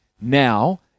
now